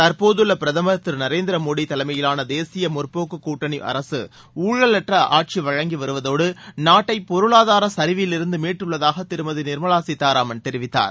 தற்போதுள்ள பிரதமர் திரு நரேந்திர மோடி தலைமயிலான தேசிய ஜனநாயக கூட்டணி அரசு ஊழலற்ற ஆட்சி வழங்கி வருவதோடு நாட்டை பொருளாதார சரிவிலிருந்து மீட்டுள்ளதாக திருமதி நிர்மலா சீதாராமன் தெரிவித்தார்